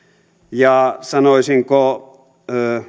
ja sanoisinko